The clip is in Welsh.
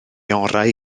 orau